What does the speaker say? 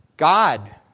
God